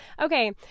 Okay